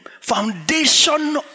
foundation